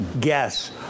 guess